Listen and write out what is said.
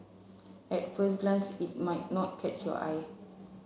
at first glance it might not catch your eye